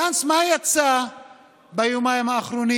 גנץ, מה יצא ביומיים האחרונים?